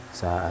sa